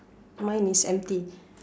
mine is empty